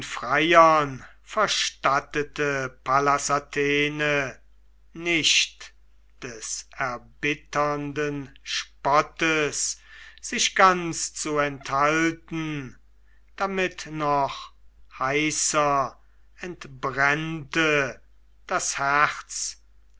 freiern verstattete pallas athene nicht des erbitternden spottes sich ganz zu enthalten damit noch heißer entbrennte das herz